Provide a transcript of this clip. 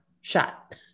shot